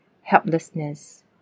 helplessness